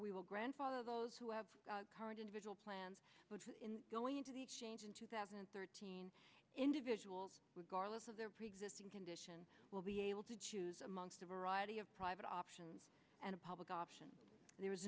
we will grandfather those who have current individual plans in going into the change in two thousand and thirteen individuals regardless of their preexisting condition will be able to choose amongst a variety of private options and a public option there